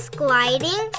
gliding